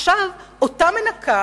אותה מנקה,